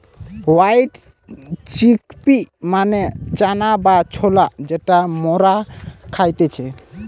white chickpea মানে চানা বা ছোলা যেটা মরা খাইতেছে